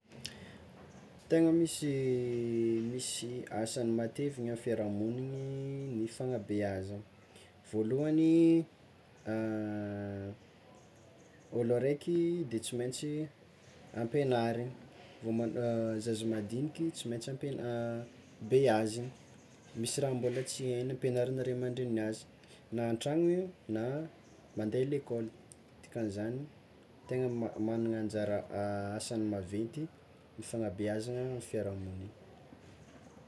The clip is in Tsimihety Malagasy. Tegna misy, misy asany mateviny amin'ny fiarahamoniny fanabeazana, voalohany olo araiky de tsy maintsy ampianariny, vao man- zaza madiniky tsy maintsy ampiana- beaziny, misy raha mbola tsy haigny ampianarin'ny ray aman-dreniny azy na an-tragnony na mande lekôly dikan'izany tegna magnana anjara asany maventy ny fanabeazana amin'ny fiarahamoniny.